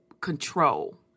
control